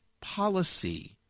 policy